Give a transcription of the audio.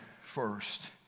first